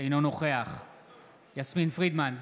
אינו נוכח יסמין פרידמן,